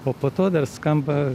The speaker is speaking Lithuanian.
o po to dar skamba